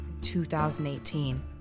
2018